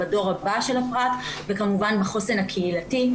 בדור הבא של הפרט וכמובן בחוסן הקהילתי,